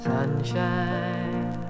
Sunshine